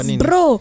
bro